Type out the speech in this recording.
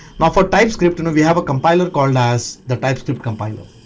and for typescript and we have compiler called as the typescript compiler.